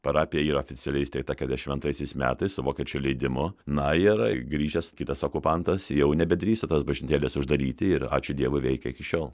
parapija yra oficialiai įsteigta kedešim antraisiais metais su vokiečių leidimu na yra grįžęs kitas okupantas jau nebedrįso tos bažnytėlės uždaryti ir ačiū dievui veikia iki šiol